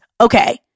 Okay